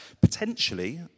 potentially